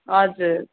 हजुर